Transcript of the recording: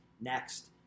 next